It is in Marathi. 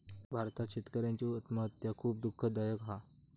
भारतात शेतकऱ्यांची आत्महत्या खुप दुःखदायक हा